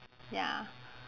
ya